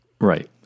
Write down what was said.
right